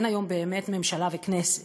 אין היום באמת ממשלה וכנסת,